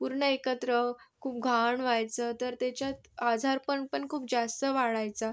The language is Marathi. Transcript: पूर्ण एकत्र खूप घाण व्हायचं तर त्याच्यात आजारपण पण खूप जास्त वाढायचं